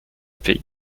pays